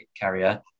carrier